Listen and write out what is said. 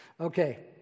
Okay